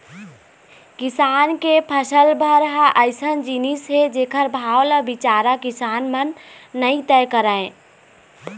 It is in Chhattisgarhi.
किसान के फसल भर ह अइसन जिनिस हे जेखर भाव ल बिचारा किसान मन नइ तय करय